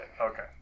Okay